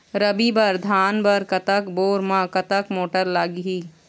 रबी बर धान बर कतक बोर म कतक मोटर लागिही?